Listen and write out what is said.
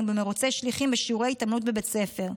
במרוצי שליחים בשיעורי התעמלות בבית ספר.